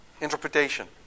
interpretation